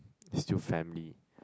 still family